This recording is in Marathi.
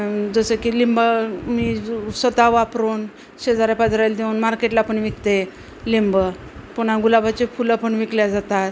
जसं की लिंब मी स्वतः वापरून शेजाऱ्यापाजाऱ्याला देऊन मार्केटला पण विकते लिंबं पुन्हा गुलाबाची फुलं पण विकली जातात